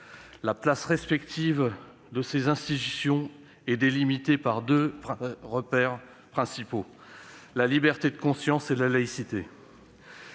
La place respective de ces institutions est délimitée par deux repères principaux : la liberté de conscience et la laïcité.